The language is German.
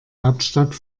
hauptstadt